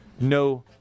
no